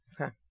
Okay